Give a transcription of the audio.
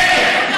שקר.